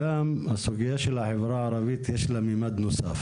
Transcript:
הסוגיה של החברה הערבית יש לה ממד נוסף